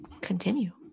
Continue